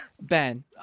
Ben